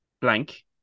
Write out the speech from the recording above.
blank